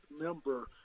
member